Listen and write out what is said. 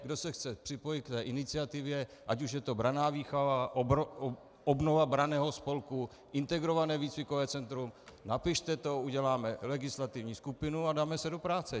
Kdo se chce připojit k té iniciativě, ať už je to branná výchova, obnova branného spolku, integrované výcvikové centrum, napište to, uděláme legislativní skupinu a dáme se do práce.